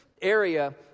area